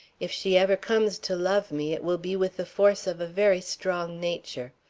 if she ever comes to love me it will be with the force of a very strong nature.